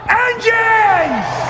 engines